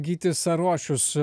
gytis arošius